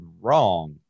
wrong